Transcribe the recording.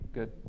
Good